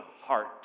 heart